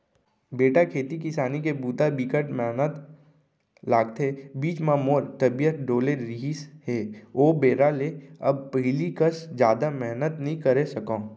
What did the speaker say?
बेटा खेती किसानी के बूता बिकट मेहनत लागथे, बीच म मोर तबियत डोले रहिस हे ओ बेरा ले अब पहिली कस जादा मेहनत नइ करे सकव